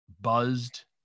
buzzed